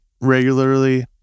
regularly